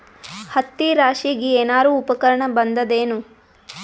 ಹತ್ತಿ ರಾಶಿಗಿ ಏನಾರು ಉಪಕರಣ ಬಂದದ ಏನು?